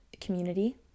community